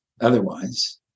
otherwise